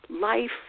life